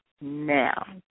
now